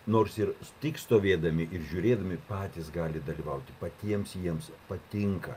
nors ir tik stovėdami ir žiūrėdami patys gali dalyvauti patiems jiems patinka